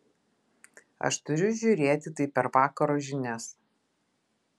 aš turiu žiūrėti tai per vakaro žinias